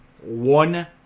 one